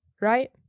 right